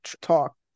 talk